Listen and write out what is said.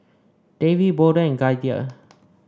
Davey Bolden and Gaither